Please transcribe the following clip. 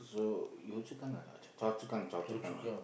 Yio Yio-Chu-Kang or Chua Chu Choa-Chu-Kang Choa-Chu-Kang